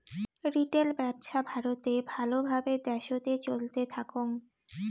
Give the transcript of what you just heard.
retail ব্যপছা ভারতে ভাল ভাবে দ্যাশোতে চলতে থাকং